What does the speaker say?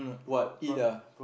what eat ah